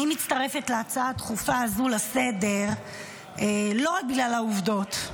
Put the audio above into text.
אני מצטרפת להצעה הדחופה הזו לסדר-היום לא רק בגלל העובדות.